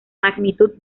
magnitud